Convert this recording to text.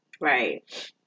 Right